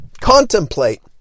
contemplate